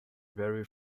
vary